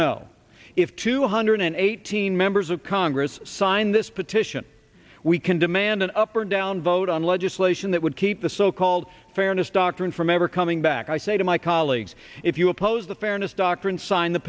know if two hundred and eighteen members of congress signed this petition we can demand an up or down vote on legislation that would keep the so called fairness doctrine from ever coming back i say to my colleagues if you oppose the fairness doctrine sign the